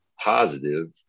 positive